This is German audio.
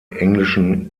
englischen